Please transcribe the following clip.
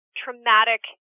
traumatic